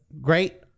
great